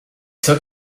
took